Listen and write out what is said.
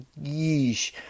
yeesh